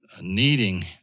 needing